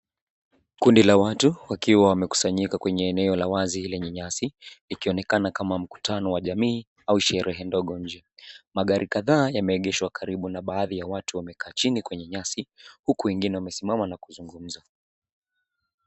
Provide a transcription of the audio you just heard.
Kundi la watu wakiwa wamekusanyika kwenye eneo la wazi lenye nyasi ikionekana kama mkutano wa jamii au sherehe ndogo nje. Magari kadhaa yameegeshwa karibu na baadhi ya watu wamekaa chini kwenye nyasi huku wengine wamesimama na kuzungumza.